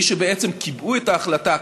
מי שבעצם קיבע את ההחלטה,